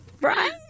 Right